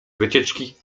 wycieczki